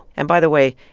and by the way,